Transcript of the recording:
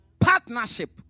partnership